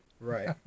Right